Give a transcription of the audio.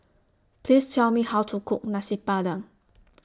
Please Tell Me How to Cook Nasi Padang